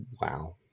Wow